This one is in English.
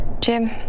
jim